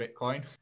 Bitcoin